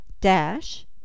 dash